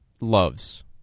loves